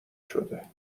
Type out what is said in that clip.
شده